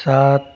सात